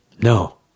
No